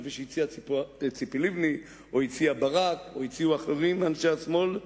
כפי שהציעה ציפי לבני או הציע ברק או הציעו אחרים מאנשי השמאל,